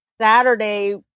Saturday